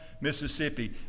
Mississippi